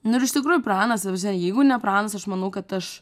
nu ir iš tikrųjų pranas ta prasme jeigu ne pranas aš manau kad aš